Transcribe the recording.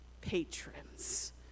patrons